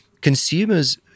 Consumers